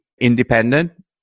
independent